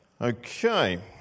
Okay